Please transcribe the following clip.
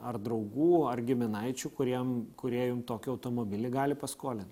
ar draugų ar giminaičių kuriem kurie jum tokį automobilį gali paskolinti